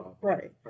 right